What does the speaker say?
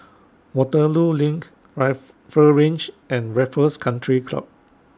Waterloo LINK Rifle Range and Raffles Country Club